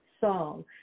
song